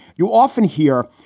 you often hear.